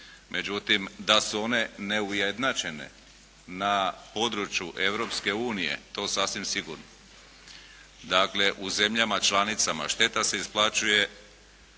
međutim da su one neujednačene na području Europske unije, to sasvim sigurno. Dakle, u zemljama članicama šteta se isplaćuje,